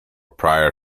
prior